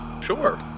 Sure